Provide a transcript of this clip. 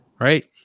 right